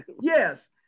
yes